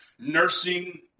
nursing